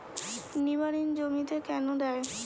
নিমারিন জমিতে কেন দেয়?